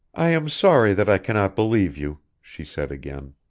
i am sorry that i cannot believe you, she said again,